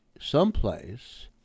someplace